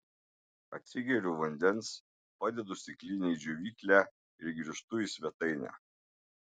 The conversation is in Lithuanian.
atsigeriu vandens padedu stiklinę į džiovyklę ir grįžtu į svetainę